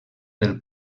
del